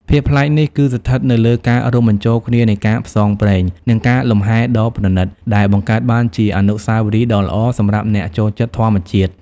ភាពប្លែកនេះគឺស្ថិតនៅលើការរួមបញ្ចូលគ្នានៃការផ្សងព្រេង និងការលំហែដ៏ប្រណីត ដែលបង្កើតបានជាអនុស្សាវរីយ៍ដ៏ល្អសម្រាប់អ្នកចូលចិត្តធម្មជាតិ។